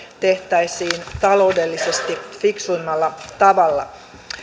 tehtäisiin taloudellisesti fiksuimmalla tavalla